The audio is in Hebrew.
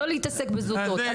לא להתעסק בזוטות.